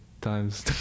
times